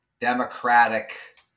democratic